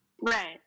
Right